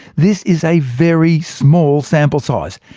this is a very small sample size.